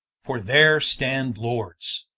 for there stands lords